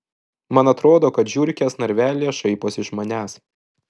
man atrodo kad žiurkės narvelyje šaiposi iš manęs